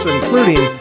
including